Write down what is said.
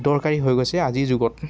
দৰকাৰী হৈ গৈছে আজিৰ যুগত